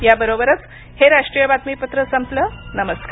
या बरोबरच हे राष्ट्रीय बातमीपत्र संपलं नमस्कार